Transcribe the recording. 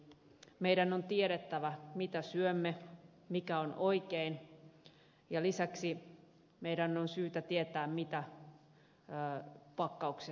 meidän on tiedettävä mitä syömme mikä on oikein ja lisäksi meidän on syytä tietää mitä pakkaukset sisältävät